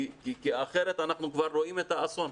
כי אחרת אנחנו כבר רואים את האסון.